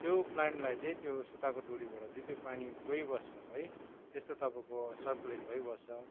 त्यो प्लानलाई चाहिँ त्यो सुताको डोरीबाट चाहिँ त्यो पानी गइबस्छ है तेस्तो तपाईँको सर्कुलेट भइबस्छ